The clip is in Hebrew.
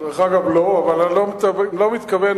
אבל אני לא מתכוון,